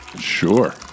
Sure